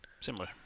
similar